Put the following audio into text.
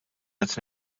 qed